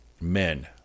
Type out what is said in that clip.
men